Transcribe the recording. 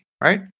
right